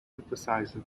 emphasizes